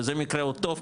וזה מקרה עוד טוב,